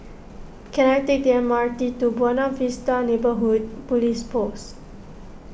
can I take the M R T to Buona Vista Neighbourhood Police Post